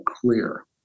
clear